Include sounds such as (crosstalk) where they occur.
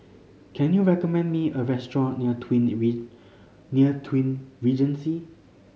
can you recommend me a restaurant near Twin (unintelligible) Near Twin Regency